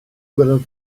gwelodd